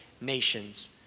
nations